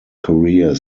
career